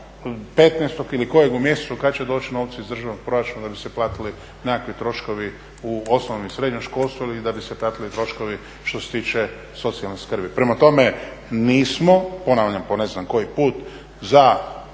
15-og ili kojeg u mjesecu kad će doći novci iz državnog proračuna da bi se platili nekakvi troškovi u osnovnom i srednjem školstvu i da bi se platili troškovi što se tiče socijalne skrbi. Prema tome mi smo, ponavljam po ne znam koji put, za